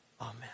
Amen